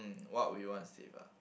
mm what would you want to save ah